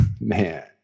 man